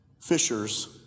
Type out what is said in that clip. fishers